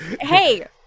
Hey